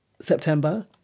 September